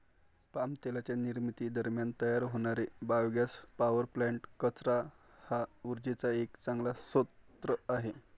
palm तेलाच्या निर्मिती दरम्यान तयार होणारे बायोगॅस पॉवर प्लांट्स, कचरा हा उर्जेचा एक चांगला स्रोत आहे